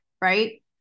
right